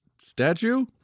Statue